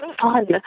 fun